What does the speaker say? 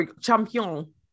champion